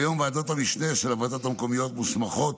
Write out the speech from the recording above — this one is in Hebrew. כיום ועדות המשנה של הוועדות המקומיות מוסמכות